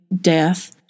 death